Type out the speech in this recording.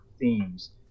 themes